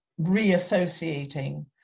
reassociating